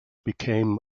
became